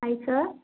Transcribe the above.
hi sir